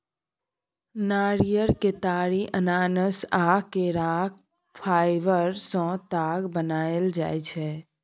नारियर, केतारी, अनानास आ केराक फाइबर सँ ताग बनाएल जाइ छै